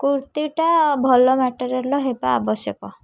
କୁର୍ତ୍ତୀଟା ଭଲ ମେଟେରିଆଲ୍ ହେବା ଆବଶ୍ୟକ